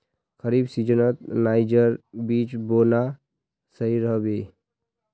खरीफ सीजनत नाइजर बीज बोना सही रह बे